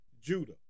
Judah